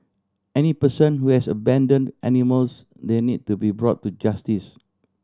any person who has abandon animals they need to be brought to justice